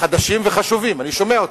חדשים וחשובים, אני שומע אותם,